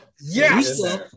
Yes